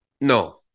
No